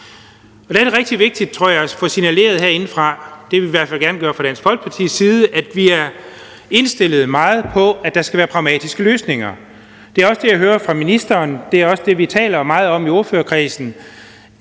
Folkepartis side – at vi er meget indstillet på, at der skal være pragmatiske løsninger. Det er også det, jeg hører fra ministeren. Det er også det, vi taler meget om i ordførerkredsen,